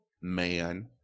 man